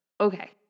okay